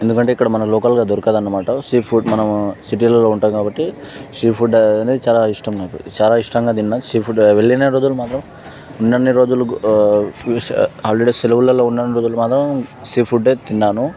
ఎందుకంటే ఇక్కడ మన లోకల్గా దొరకదు అన్నమాట సీ ఫుడ్ మనం సిటీలలో ఉంటాం కాబట్టి సి ఫుడ్ అనేది చాలా ఇష్టం నాకు చాలా ఇష్టంగా తిన్న వెళ్ళినా వెళ్లిన దగ్గర మాత్రం ఉన్నన్ని రోజులు ఆల్రెడీ సెలవులలో ఉన్న రోజులు మాత్రం సి ఫుడ్డే తిన్నాను